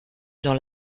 dans